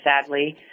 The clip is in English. sadly